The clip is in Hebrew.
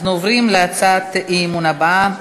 אנחנו עוברים להצעת האי-אמון הבאה: